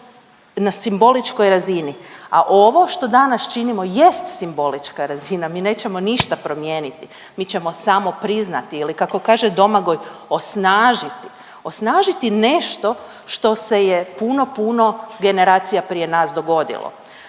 na simboličkoj razini, a ovo što danas činimo jest simbolična razina. Mi nećemo ništa promijeniti, mi ćemo samo priznati ili kako kaže Domagoj osnažiti. Osnažiti nešto što se je puno, puno generacija prije nas dogodilo.